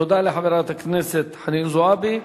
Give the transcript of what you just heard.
תודה לחברת הכנסת חנין זועבי.